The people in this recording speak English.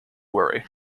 worry